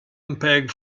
mpeg